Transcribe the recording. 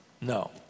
No